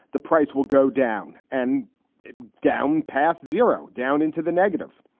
the price will go down and down past zero, down into the negative.